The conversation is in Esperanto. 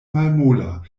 malmola